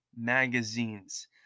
magazines